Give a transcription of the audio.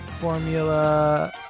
formula